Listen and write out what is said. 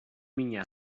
mina